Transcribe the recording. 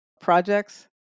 projects